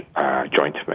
joint